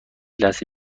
لحظه